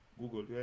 Google